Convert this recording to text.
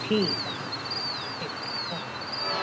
ठीकु आहे ठीकु आहे ठीकु आहे ओके